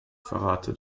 verrate